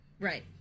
Right